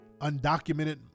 undocumented